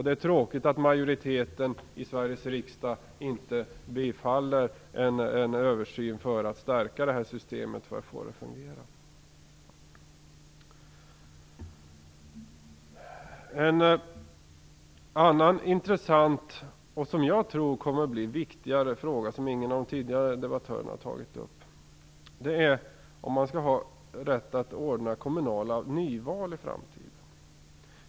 Det är tråkigt att majoriteten i Sveriges riksdag inte bifaller förslaget om en översyn för att stärka systemet och få det att fungera. En annan intressant fråga som jag tror kommer att bli viktigare och som ingen av de tidigare debattörerna har tagit upp är om man skall ha rätt att ordna kommunala nyval i framtiden.